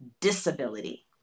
disability